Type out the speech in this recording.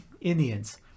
Indians